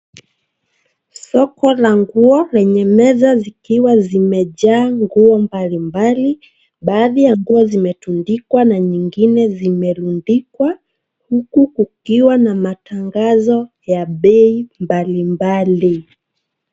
Soko la nguo lenye meza zikiwa zimejaa nguo mbalimbali. Baadhi ya nguo zimetundikwa na nyingine zimerundikwa huku kukiwa na matangazo ya bei mbalimbali.